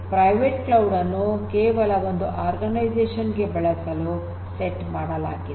ಆದರೆ private cloud ಅನ್ನು ಕೇವಲ ಒಂದು ಆರ್ಗನೈಝೇಷನ್ ಗೆ ಬಳಸಲು ಸೆಟ್ ಮಾಡಲಾಗಿದೆ